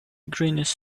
greenish